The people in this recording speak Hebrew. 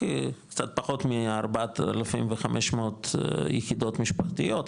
קצת פחות מ-4,500 יחידות משפחתיות,